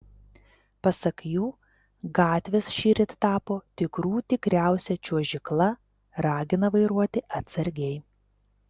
pasak jų gatvės šįryt tapo tikrų tikriausia čiuožykla ragina vairuoti atsargiai